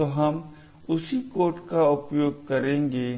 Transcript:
तो हम उसी कोड का उपयोग करेंगे